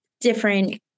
different